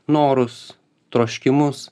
norus troškimus